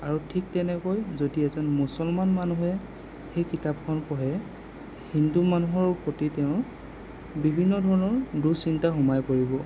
আৰু ঠিক তেনেকৈ যদি এজন মুছলমান মানুহে সেই কিতাপখন পঢ়ে হিন্দু মানুহৰ প্ৰতি তেওঁৰ বিভিন্ন ধৰণৰ দুঃচিন্তা সোমাই পৰিব